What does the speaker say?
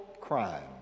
crime